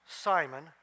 Simon